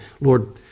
Lord